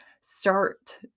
start